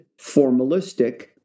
formalistic